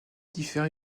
diffère